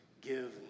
Give